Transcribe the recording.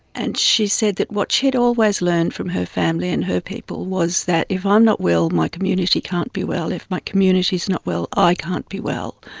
and she said that what she had always learned from her family and her people was that if i'm not well my community can't be well. if my community is not well, i can't be well.